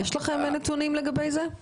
יש לכם נתונים לגבי זה?